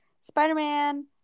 Spider-Man